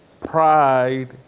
pride